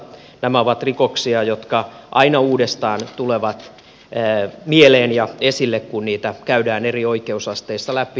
nämä ovat rikoksia jotka aina uudestaan tulevat mieleen ja esille kun niitä käydään eri oikeusasteissa läpi